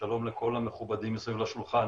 ושלום לכל המכובדים מסביב לשולחן.